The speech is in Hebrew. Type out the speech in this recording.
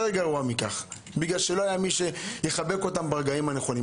גרוע מכך בגלל שלא היה מי שיחבק אותם ברגעים הנכונים.